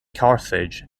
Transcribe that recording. carthage